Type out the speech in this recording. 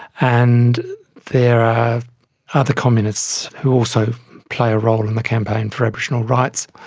and there are other communists who also play a role in the campaign for aboriginal rights.